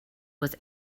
was